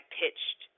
pitched